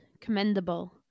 commendable